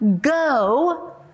Go